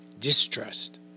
distrust